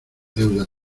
deuda